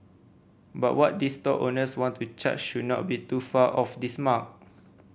but what these stall owners want to charge should not be too far off this mark